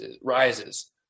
rises